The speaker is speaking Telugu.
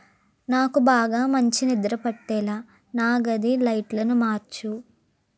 నాకు బాగా మంచి నిద్ర పట్టేలా నా గది లైట్లను మార్చు